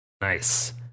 Nice